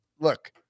look